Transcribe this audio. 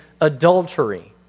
Adultery